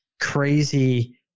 crazy